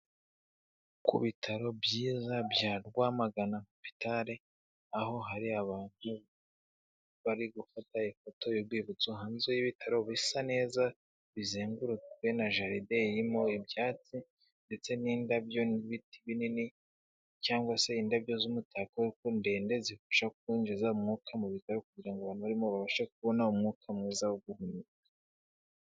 Ku bitaro byiza bya Rwamagana hopitale, aho hari abantu bari gufata ifoto y'urwibutso hanze y'ibitaro bisa neza, bizengurutswe na jaride irimo ibyatsi ndetse n'indabyo n'ibiti binini cyangwa se indabyo z'umutako ariko ndende zifasha kwinjiza umwuka mu bitaro kugira ngo abantu barimo babashe kubona umwuka mwiza wo guhumeka.